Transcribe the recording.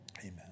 Amen